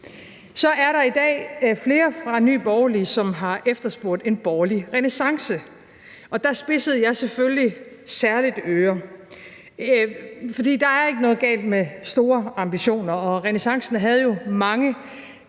Så er der i dag flere fra Nye Borgerlige, som har efterspurgt en borgerlig renæssance, og der spidsede jeg selvfølgelig særligt ører. For der er ikke noget galt med store ambitioner, og renæssancen havde jo mange